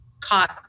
caught